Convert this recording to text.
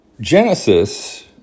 Genesis